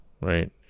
right